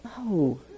no